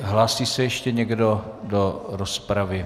Hlásí se ještě někdo do rozpravy?